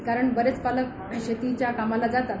कारण बरेच पालक शेतीच्या कामाला जातात